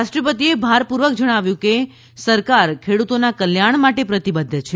રાષ્ટ્રપતિએ ભારપૂર્વક જણાવ્યું કે સરકાર ખેડૂતોના કલ્યાણ માટે પ્રતિબધ્ધ છે